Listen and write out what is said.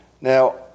Now